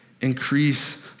increase